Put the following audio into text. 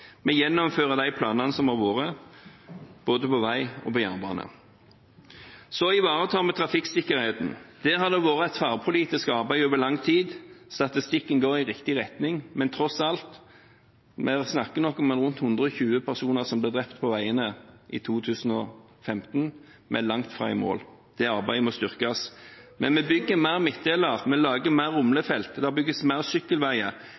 Vi gjennomfører planene som har vært, både på vei og på jernbane. Så ivaretar vi trafikksikkerheten. Der har det vært et tverrpolitisk arbeid over lang tid. Statistikken går i riktig retning, men tross alt snakker vi nok om en rundt 120 personer som blir drept på veiene i 2015. Vi er langt fra i mål. Det arbeidet må styrkes. Men vi bygger flere midtdelere, vi lager flere rumlefelt, det bygges flere sykkelveier